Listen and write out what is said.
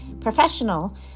professional